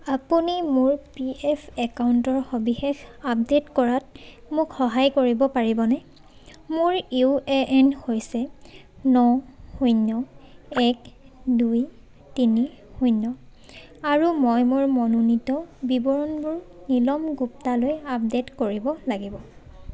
আপুনি মোৰ P F একাউণ্টৰ সবিশেষ আপডেট কৰাত মোক সহায় কৰিব পাৰিবনে মোৰ ইউ এ এন হৈছে ন শূন্য এক দুই তিনি শূন্য আৰু মই মোৰ মনোনীত বিৱৰণবোৰ নীলম গুপ্তালৈ আপডেট কৰিব লাগিব